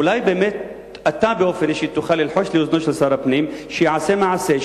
אולי אתה באופן אישי תוכל ללחוש לאוזנו של שר הפנים שיעשה מעשה,